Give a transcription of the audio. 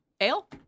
ale